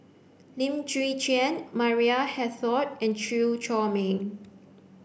Lim Chwee Chian Maria Hertogh and Chew Chor Meng